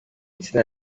sina